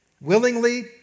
willingly